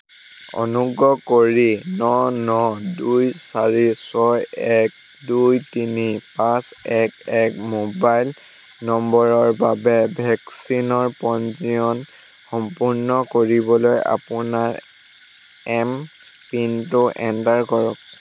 অনুগ্ৰহ কৰি ন ন দুই চাৰি ছয় এক দুই তিনি পাঁচ এক এক মোবাইল নম্বৰৰ বাবে ভেকচিনৰ পঞ্জীয়ন সম্পূৰ্ণ কৰিবলৈ আপোনাৰ এম পিনটো এণ্টাৰ কৰক